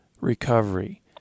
recovery